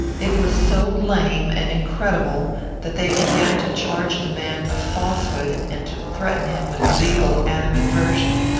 it was so lame and incredible that they began to charge the man with falsehood, and to threaten him with legal animadversion.